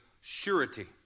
surety